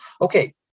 okay